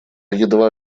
едва